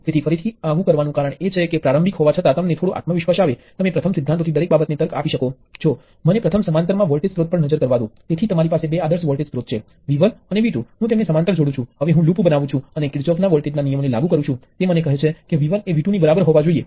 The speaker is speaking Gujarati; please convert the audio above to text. તેથી સ્પષ્ટપણે જો તમે આને કેટલાક સર્કિટ સાથે જોડો છો તો આપણે જાણીએ છીએ કે કિર્ચહોફના પ્રવાહ ના કાયદાને કારણે સર્કિટ માંથી વહેતો પ્રવાહ I આની બરાબર હોવો જોઈએ